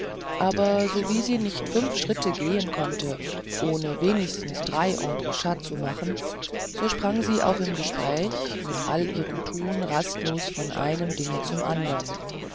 aber so wie sie nicht fünf schritte gehen konnte ohne wenigstens drei entrechats zu machen so sprang sie auch im gespräch in all ihrem tun rastlos von einem dinge zum andern